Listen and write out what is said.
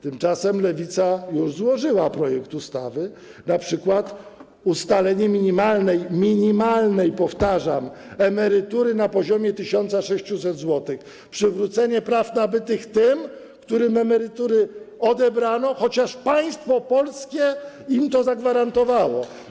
Tymczasem Lewica już złożyła projekt ustawy, np. o ustaleniu minimalnej, minimalnej - powtarzam - emerytury na poziomie 1600 zł, przywróceniu praw nabytych tym, którym emerytury odebrano, chociaż państwo polskie im to zagwarantowało.